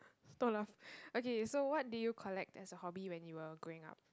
stop laugh okay so what do you collect as a hobby when you were growing up